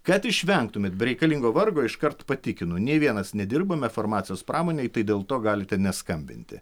kad išvengtumėt bereikalingo vargo iškart patikinu nė vienas nedirbame farmacijos pramonėj tai dėl to galite neskambinti